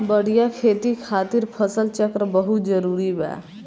बढ़िया खेती खातिर फसल चक्र बहुत जरुरी बा